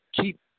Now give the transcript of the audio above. keep –